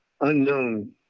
unknown